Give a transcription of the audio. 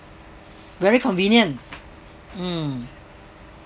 very convenient mm